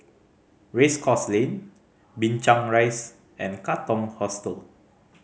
Race Course Lane Binchang Rise and Katong Hostel